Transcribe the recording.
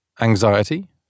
Anxiety